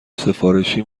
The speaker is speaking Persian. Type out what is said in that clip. سفارشی